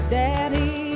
daddy